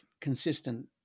consistent